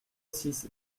six